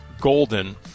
Golden